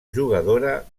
jugadora